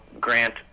Grant